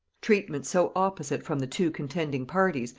treatment so opposite from the two contending parties,